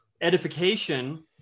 edification